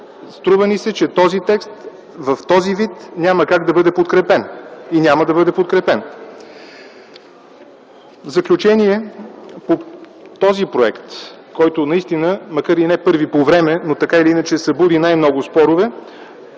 струва ни се, че този текст, в този вид, няма как да бъде подкрепен и няма да бъде подкрепен. В заключение, по този проект, който наистина, макар и не първи по време, но така или иначе събуди най-много спорове,